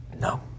No